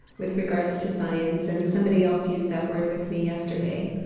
with regards to science. and somebody else used that word with me yesterday,